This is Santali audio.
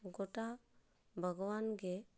ᱟᱨ ᱜᱚᱴᱟ ᱵᱟᱜᱽᱣᱟᱱ ᱜᱮ